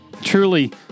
truly